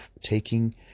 taking